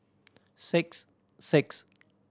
six six